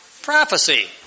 Prophecy